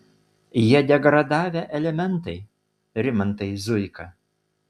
jie degradavę elementai rimantai zuika